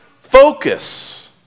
focus